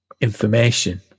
information